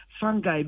fungi